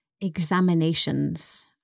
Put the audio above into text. examinations